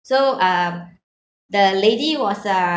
so um the lady was uh